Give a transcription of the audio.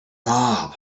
mob